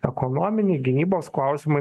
ekonominiai gynybos klausimai